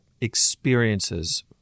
experiences